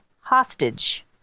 hostage